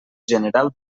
general